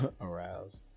Aroused